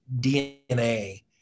DNA